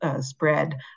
spread